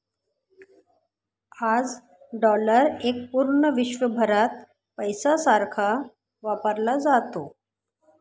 आज डॉलर एक पूर्ण विश्वभरात पैशासारखा वापरला जातो